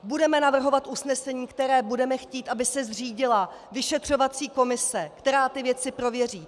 Budeme navrhovat usnesení, ve kterém budeme chtít, aby se zřídila vyšetřovací komise, která ty věci prověří.